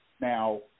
Now